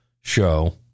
show